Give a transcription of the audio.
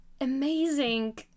amazing